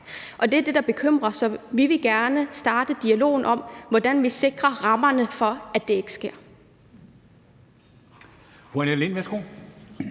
det er det, der bekymrer os, så vi vil gerne starte dialogen om, hvordan vi sikrer rammerne for, at det ikke sker.